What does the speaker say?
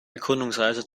erkundungsreise